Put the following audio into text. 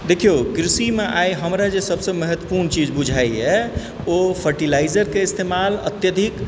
देखिऔ कृषिमे जे आइ हमरा जे सभसँ महत्वपूर्ण चीज बुझाइए ओ फर्टिलाइजरके इस्तेमाल अत्यधिक